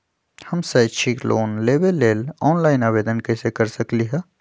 हम शैक्षिक लोन लेबे लेल ऑनलाइन आवेदन कैसे कर सकली ह?